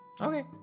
Okay